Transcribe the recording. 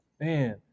man